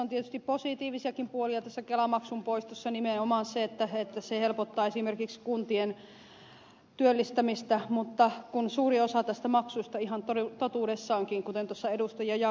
on tietysti positiivisiakin puolia tässä kelamaksun poistossa nimenomaan se että se helpottaa esimerkiksi kuntien työllistämistä mutta suuri osa tästä maksusta ihan totuudessaankin kuten ed